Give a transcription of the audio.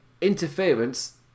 interference